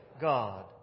God